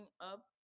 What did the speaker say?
up